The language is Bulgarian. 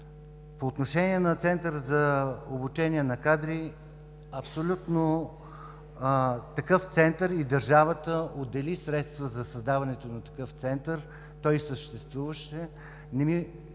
По отношение на Центъра за обучение на кадри, държавата отдели средства за създаването на такъв Център, той съществуваше.